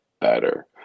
better